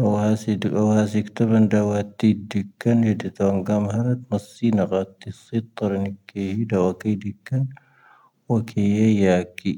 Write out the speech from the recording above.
ⴰⵡⴰ ⵀⴰⵙⵉ ⴷⵓ ⴰⵡⴰ ⵀⴰⵙⵉ ⴽⵜⴰⴱⴰⵏ ⴷⴰⵡⴰ ⵜⵉⴷⵉⴽⴰⵏ. ⵢⴻⴷⵉⵜ ⴰⵡⴰⵏⴳⴰⵎ ⵀⴰⴰⵏⴰⵜ ⵎⴰⵙⵉⵏ ⴰⴳⴰⵜ ⵜⵉⵙⵉⵜ ⵜⴰⵔⵉⵏ ⴻⴽⵢⴻ ⵀⵉ ⴷⴰⵡⴰ ⴽⴰⵢ ⴷⵉⴽⴰⵏ. ⵡⴰⴽⵢⴻ ⵀⵉ ⵢⴰⴰⴽⵉ.